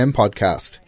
podcast